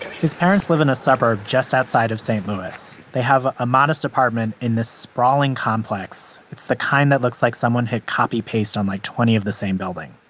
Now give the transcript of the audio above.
his parents live in a suburb just outside of st. louis. they have a modest apartment in this sprawling complex. it's the kind that looks like someone hit copy paste on, like, twenty of the same building